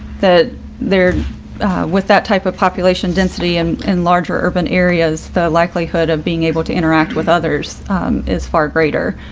that there with that type of population density and and larger urban areas, the likelihood of being able to interact with others is far greater.